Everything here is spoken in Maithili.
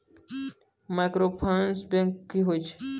माइक्रोफाइनांस बैंक की होय छै?